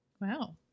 Wow